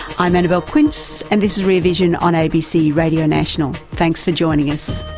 i'm annabelle quince and this is rear vision on abc radio national. thanks for joining us